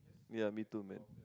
ya me too man